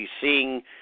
seeing